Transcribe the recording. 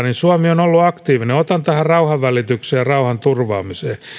niin suomi on ollut aktiivinen otan tähän rauhanvälityksen ja rauhanturvaamisen